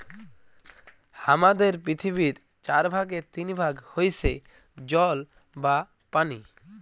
হামাদের পৃথিবীর চার ভাগের তিন ভাগ হইসে জল বা পানি